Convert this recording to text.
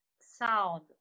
sound